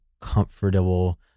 comfortable